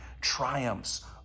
triumphs